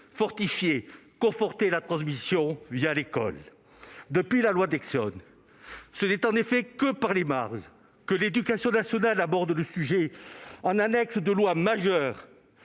fortifier, conforter la transmission l'école. Depuis la loi Deixonne, ce n'est en effet que par les marges que l'éducation nationale aborde le sujet, en annexe de lois majeures